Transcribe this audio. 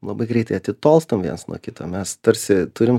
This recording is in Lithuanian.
labai greitai atitolstam viens nuo kito mes tarsi turim